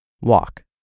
walk